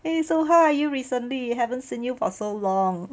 eh so how are you recently haven't seen you for so long